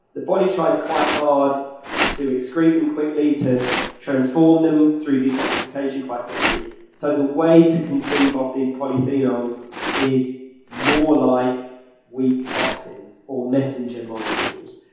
the body tries quite hard to excrete them quickly, to transform them, through detoxification quite quickly so the way to conceive of these polyphenols is more like weak toxins or messenger molecules.